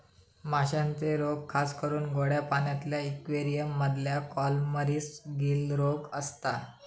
माश्यांचे रोग खासकरून गोड्या पाण्यातल्या इक्वेरियम मधल्या कॉलमरीस, गील रोग असता